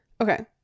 Okay